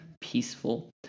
peaceful